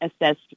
assessed